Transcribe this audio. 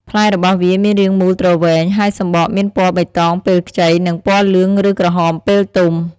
ផ្លែរបស់វាមានរាងមូលទ្រវែង ហើយសម្បកមានពណ៌បៃតងពេលខ្ចី និងពណ៌លឿងឬក្រហមពេលទុំ។